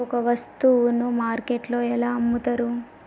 ఒక వస్తువును మార్కెట్లో ఎలా అమ్ముతరు?